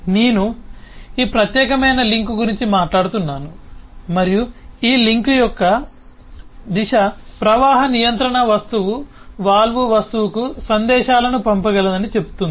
నేను ఈ ప్రత్యేకమైన లింక్ గురించి మాట్లాడుతున్నాను మరియు ఈ లింక్ యొక్క దిశ ప్రవాహ నియంత్రణ వస్తువు వాల్వ్ వస్తువుకు సందేశాలను పంపగలదని చెబుతుంది